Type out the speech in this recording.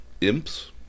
imps